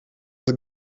das